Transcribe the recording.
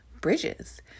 bridges